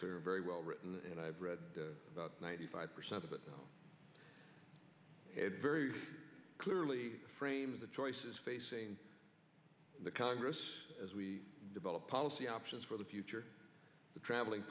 clear very well written and i've read about ninety five percent of it and very clearly framed the choices facing the congress as we develop policy options for the future the traveling